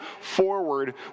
forward